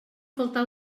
faltar